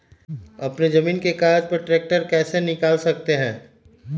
अपने जमीन के कागज पर ट्रैक्टर कैसे निकाल सकते है?